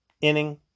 Inning